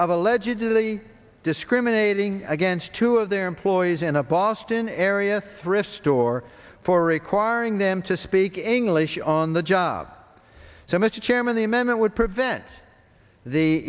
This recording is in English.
of allegedly discriminating against two of their employees in a boston area thrift store for requiring them to speak english on the job so mr chairman the amendment would prevent the